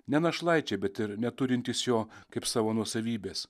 ne našlaičiai bet ir neturintys jo kaip savo nuosavybės